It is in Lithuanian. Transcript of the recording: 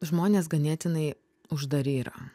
žmonės ganėtinai uždari yra